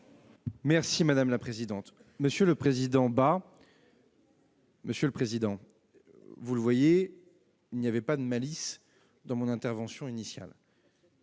est à M. le ministre. Monsieur le président Bas, vous le voyez, il n'y avait aucune malice dans mon intervention initiale.